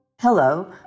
Hello